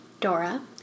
Dora